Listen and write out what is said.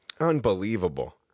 Unbelievable